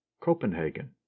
Copenhagen